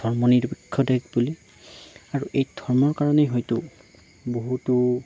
ধৰ্মনিৰপেক্ষ দেশ বুলি আৰু এই ধৰ্মৰ কাৰণেই হয়তো বহুতো